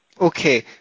Okay